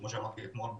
כמו שאמרתי אתמול,